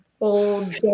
old